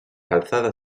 calzada